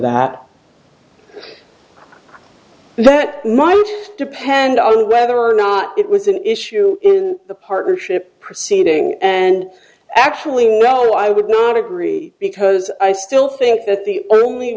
that but might depend on whether or not it was an issue in the partnership proceeding and actually no i would not agree because i still think that the only